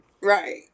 Right